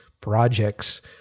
projects